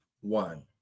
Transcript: one